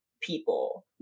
people